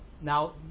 now